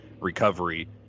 recovery